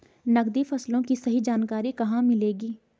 नकदी फसलों की सही जानकारी कहाँ मिलेगी?